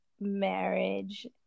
marriage